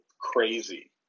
crazy